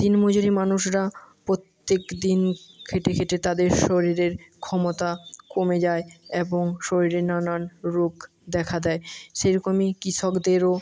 দিনমজুর মানুষরা প্রত্যেক দিন খেটে খেটে তাদের শরীরের ক্ষমতা কমে যায় এবং শরীরে নানান রোগ দেখা দেয় সেরকমই কৃষকদেরও